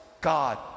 God